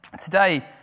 Today